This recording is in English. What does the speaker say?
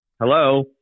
Hello